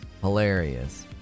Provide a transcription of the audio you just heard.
Hilarious